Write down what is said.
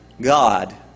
God